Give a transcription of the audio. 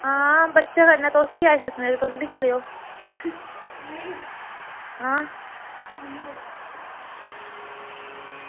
आं बच्चें कन्नै तुस बी आई सकदे तुस बी चलेओ आं